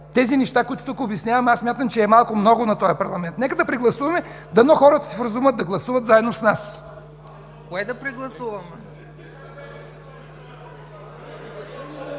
тези неща, които тук обяснявам, смятам, че е малко много на този парламент. Нека да прегласуваме – дано хората се вразумят да гласуват заедно с нас. ПРЕДСЕДАТЕЛ